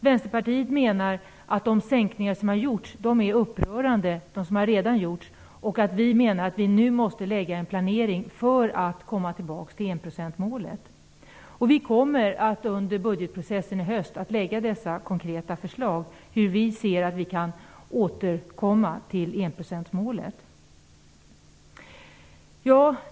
Vänsterpartiet menar tvärtom att de sänkningar som redan gjorts är upprörande. Vi menar att vi nu måste lägga upp en planering för att komma tillbaka till enprocentmålet. Vi kommer under budgetprocessen i höst att lägga fram konkreta förslag om hur vi ser att vi kan återkomma till enprocentmålet.